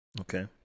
Okay